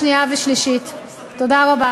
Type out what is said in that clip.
וכשיש ודאות קרובה